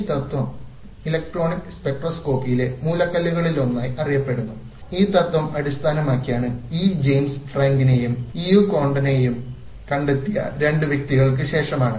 ഈ തത്വം ഇലക്ട്രോണിക് സ്പെക്ട്രോസ്കോപ്പിയിലെ മൂലക്കല്ലുകളിലൊന്നായി അറിയപ്പെടുന്നു ഈ തത്ത്വം അടിസ്ഥാനമാക്കിയുള്ളത് ഈ ജെയിംസ് ഫ്രാങ്കിനെയും ഇ യു കോണ്ടനെയും കണ്ടെത്തിയ രണ്ട് വ്യക്തികൾക്ക് ശേഷമാണ്